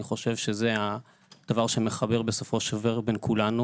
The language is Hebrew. אני חושב שזה הדבר שמחבר בין כולנו.